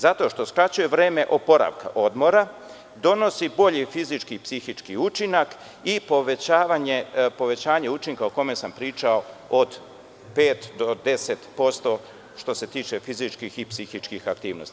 Zato što skraćuje vreme oporavka, odmora, donosi bolji fizički i psihički učinka i povećanje učinka o kome sam pričao od 5 do 10%, što se tiče fizičkih i psihičkih aktivnosti.